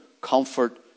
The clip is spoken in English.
comfort